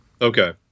Okay